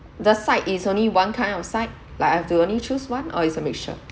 the side is only one kind of side like I've to only choose one or it's a mixture